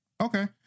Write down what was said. Okay